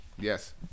yes